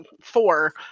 four